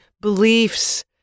beliefs